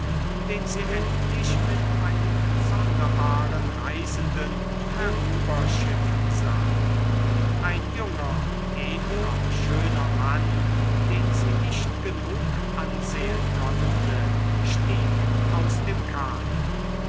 den sie endlich mit einem sonderbaren reisenden herüberschiffen sah ein junger edler schöner mann den sie nicht genug ansehen konnte stieg aus dem kahne